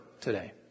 today